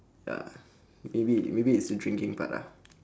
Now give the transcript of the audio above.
ya maybe maybe it's the drinking part ah